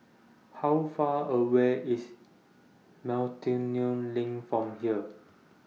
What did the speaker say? How Far away IS Miltonia LINK from here